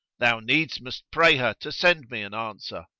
thou needs must pray her to send me an answer.